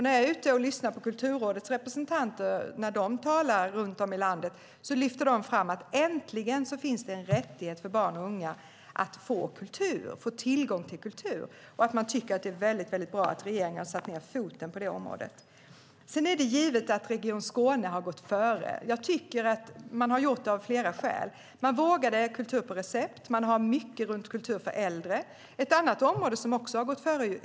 När jag är ute och lyssnar på Kulturrådets representanter, när de talar runt om i landet, lyfter de fram att det äntligen finns en rättighet för barn och unga att få tillgång till kultur och att de tycker att det är väldigt bra att regeringen har satt ned foten på det området. Sedan är det givet att Region Skåne har gått före. Jag tycker att man har gjort det av flera skäl. Man vågade börja med kultur på recept. Man har mycket runt kultur för äldre. Umeå har också gått före.